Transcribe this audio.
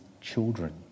Children